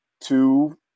two